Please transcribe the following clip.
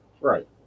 Right